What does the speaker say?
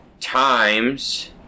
times